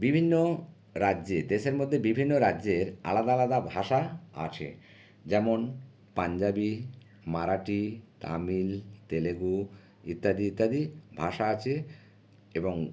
বিভিন্ন রাজ্যে দেশের মধ্যে বিভিন্ন রাজ্যের আলাদা আলাদা ভাষা আছে যেমন পাঞ্জাবী মারাটি তামিল তেলেগু ইত্যাদি ইত্যাদি ভাষা আছে এবং